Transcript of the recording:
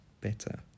better